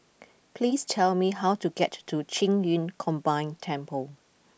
please tell me how to get to Qing Yun Combined Temple